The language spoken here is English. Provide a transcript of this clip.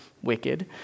wicked